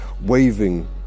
waving